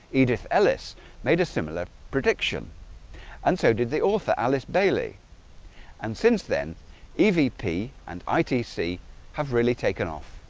edith ellis made a similar prediction and so did the author alice bailey and since then evp and itc have really taken off